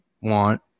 want